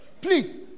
please